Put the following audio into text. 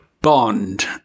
Bond